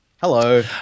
Hello